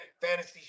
Fantasy